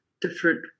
different